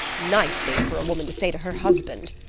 nice thing for a woman to say to her husband!